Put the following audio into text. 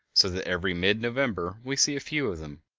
so that every mid-november we see a few of them.